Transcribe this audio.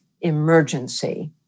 emergency